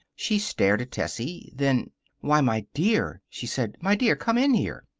she stared at tessie. then why, my dear! she said. my dear! come in here.